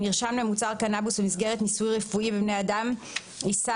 מרשם למוצר קנבוס במסגרת ניסוי רפואי בבני אדם יישא